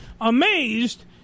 amazed